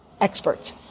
experts